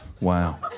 Wow